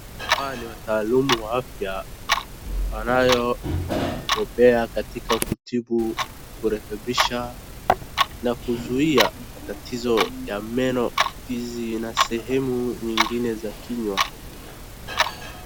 Hawa ni wataalumu wa afya wanayobobea katika kutibu kurekebisha na kuzuia matatizo ya meno hizi na sehemu nyingine za kinywa.